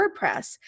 WordPress